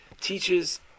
teaches